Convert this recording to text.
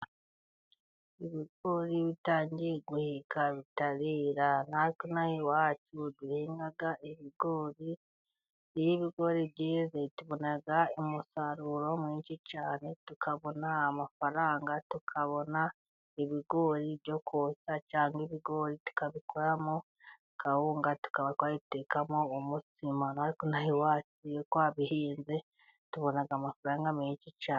Ibigori bitangiye guheka bitarera. Natwe ino aha iwacu duhinga ibigori. Iyo ibigori byeze tubona umusaruro mwinshi cyane, tukabona amafaranga, tukabona ibigori byo kotsa, cyangwa ibigori tukabikoramo kawunga tukaba twayitekamo umutsima. Natwe ino aha iwacu iyo twabihinze tubona amafaranga menshi cyane.